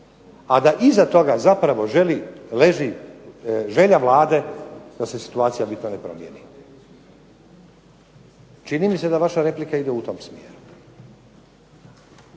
a da iza toga zapravo leži želja Vlade da se situacija bitno ne promijeni? Čini mi se da vaša replika ide u tom smjeru.